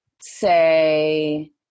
say